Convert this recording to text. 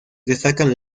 destacan